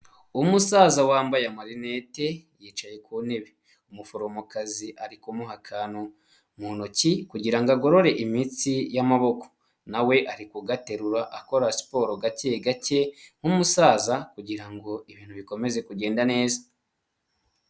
Umusaza wambaye amarinete yicaye ku ntebe, umuforomokazi ari kumuha akantu mu ntoki kugira agorore imitsi y'amaboko, nawe ari kugaterura akora siporo gake gake nk'umusaza kugira ngo ibintu bikomeze kugenda neza.